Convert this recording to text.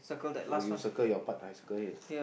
so you circle your part I circle here